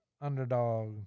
underdog